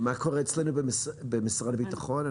ומה קורה אצלנו במשרד הביטחון?